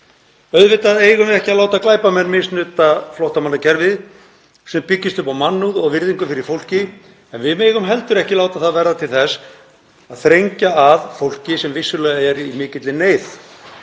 Auðvitað eigum við ekki að láta glæpamenn misnota flóttamannakerfi sem byggist upp á mannúð og virðingu fyrir fólki en við megum heldur ekki láta það verða til þess að þrengja að fólki sem vissulega er í mikilli neyð.